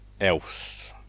else